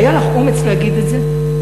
היה לך אומץ להגיד את זה.